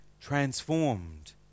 transformed